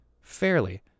Fairly